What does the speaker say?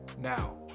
now